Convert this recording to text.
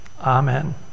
Amen